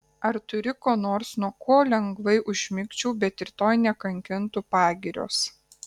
ar turi ko nors nuo ko lengvai užmigčiau bet rytoj nekankintų pagirios